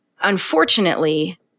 unfortunately